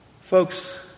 folks